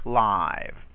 live